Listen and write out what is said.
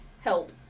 help